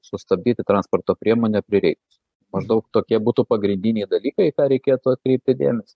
sustabdyti transporto priemonę prireikus maždaug tokie būtų pagrindiniai dalykai į ką reikėtų atkreipti dėmesį